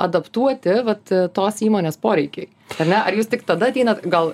adaptuoti vat tos įmonės poreikiui ar ne ar jūs tik tada ateinat gal